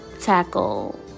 tackle